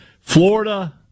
Florida